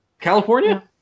California